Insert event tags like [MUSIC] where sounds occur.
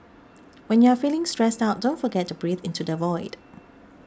[NOISE] when you are feeling stressed out don't forget to breathe into the void